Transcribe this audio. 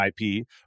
IP